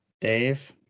Dave